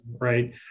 right